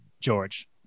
George